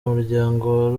umuryango